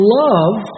love